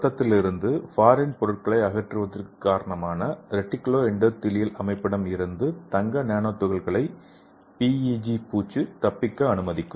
இரத்தத்திலிருந்து foreign பொருட்களை அகற்றுவதற்கு காரணமான ரெட்டிகுலோஎன்டோதெலியல் அமைப்பிடம் இருந்து தங்க நானோ துகள்களை PEG பூச்சு தப்பிக்க அனுமதிக்கும்